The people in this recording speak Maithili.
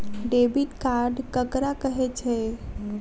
डेबिट कार्ड ककरा कहै छै?